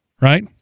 Right